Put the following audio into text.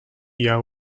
year